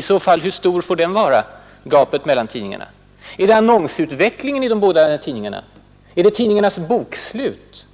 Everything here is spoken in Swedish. som skall vara avgörande? I så fall — hur stor får den vara och därmed gapet mellan tidningarna? Är det annonsutvecklingen i de båda tidningarna? Är det tidningarnas bokslut man skall gå efter?